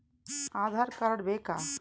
Aadhaar card ಬೇಕಾ?